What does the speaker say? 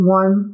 one